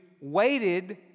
waited